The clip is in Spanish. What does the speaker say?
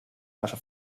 paso